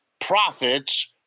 profits